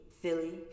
Philly